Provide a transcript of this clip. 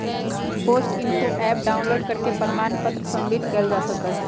post info app download करके प्रमाण पत्र सबमिट कइल जा सका हई